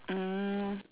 mm